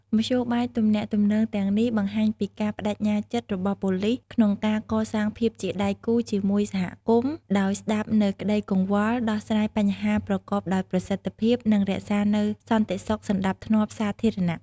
មធ្យោបាយទំនាក់ទំនងទាំងនេះ បង្ហាញពីការប្តេជ្ញាចិត្តរបស់ប៉ូលីសក្នុងការកសាងភាពជាដៃគូជាមួយសហគមន៍ ដោយស្តាប់នូវក្តីកង្វល់ ដោះស្រាយបញ្ហាប្រកបដោយប្រសិទ្ធភាព និងរក្សានូវសន្តិសុខសណ្តាប់ធ្នាប់សាធារណៈ។